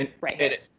right